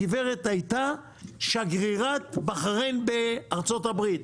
הגברת הייתה שגרירת בחריין בארצות הברית.